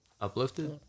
uplifted